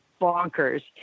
bonkers